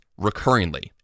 recurringly